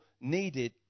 needed